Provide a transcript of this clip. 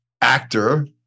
actor